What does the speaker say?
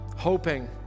Hoping